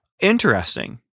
interesting